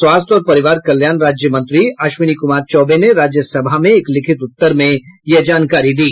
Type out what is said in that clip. स्वास्थ्य और परिवार कल्याण राज्य मंत्री अश्विनी कुमार चौबे ने राज्यसभा में एक लिखित उत्तर में यह जानकारी दी